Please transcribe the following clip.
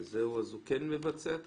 שמותר לרשויות לבקש למרות שמדובר באזרחים